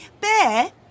Bear